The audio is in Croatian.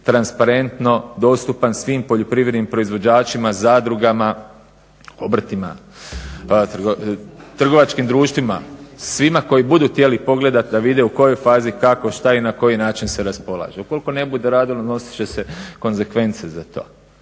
transparentno dostupan svim poljoprivrednim proizvođačima, zadrugama, obrtima, trgovačkim društvima, svima koji budu htjeli pogledati da vide u kojoj fazi kako, šta i na koji način se raspolaže. Ukoliko ne bude radilo nosit će se konsekvence za to.